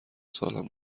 سالم